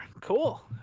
cool